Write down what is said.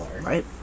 Right